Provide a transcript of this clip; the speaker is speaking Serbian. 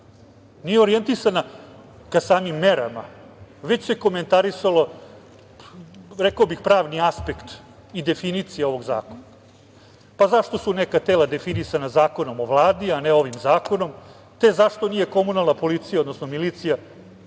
nije orijentisana ka samim merama, već se komentarisao, rekao bih, pravni aspekt i definicija ovog zakona, pa zašto su neka tela definisana Zakonom o Vladi, a ne ovim zakonom, te zašto nije komunalna milicija uvedene značajno